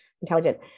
intelligent